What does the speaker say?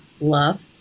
love